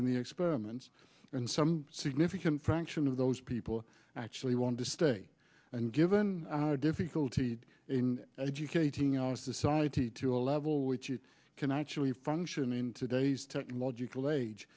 in the experiments and some significant fraction of those people actually want to stay and given our difficulty in educating our society to a level which you can actually function in today's technological age